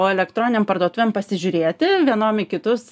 o elektroninėm parduotuvėm pasižiūrėti vienom į kitus